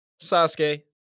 Sasuke